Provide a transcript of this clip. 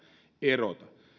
erota